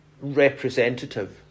representative